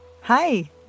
Hi